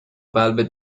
قلبت